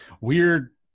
weird